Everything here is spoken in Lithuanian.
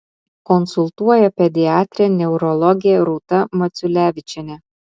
konsultuoja pediatrė neurologė rūta maciulevičienė